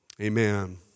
amen